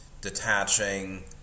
detaching